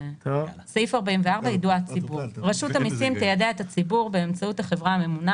"יידוע הציבור 44. רשות המסים תיידע את הציבור באמצעות החברה הממונה